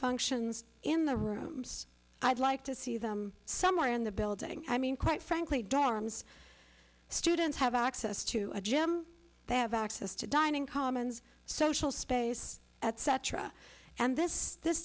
functions in the rooms i'd like to see them somewhere in the building i mean quite frankly dorms students have access to a gym they have access to dining commons social space etc and this this